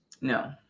no